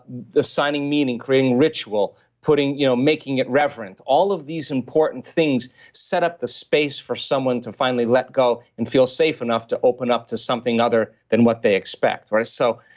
the signing meaning creating ritual, making you know making it reference all of these important things set up the space for someone to finally let go and feel safe enough to open up to something other than what they expect. right? so,